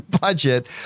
budget